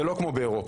זה לא כמו באירופה.